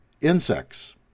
insects